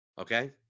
Okay